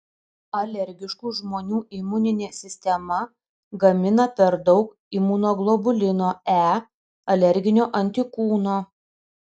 alergiškų žmonių imuninė sistema gamina per daug imunoglobulino e alerginio antikūno